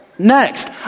Next